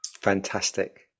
fantastic